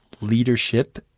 leadership